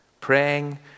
Praying